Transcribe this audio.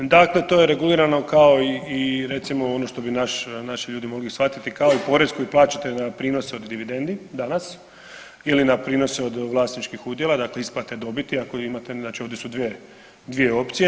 Dakle, to je regulirano kao i recimo ono što bi naši ljudi mogli shvatiti kao i porez koji plaćate na prinos od dividendi danas ili na prinose od vlasničkih udjela dakle isplate dobiti ako imate, znači ovdje su dvije opcije.